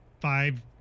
five